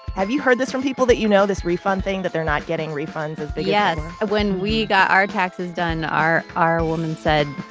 have you heard this from people that you know, this refund thing, that they're not getting refunds as they were? yes. when we got our taxes done, our our woman said,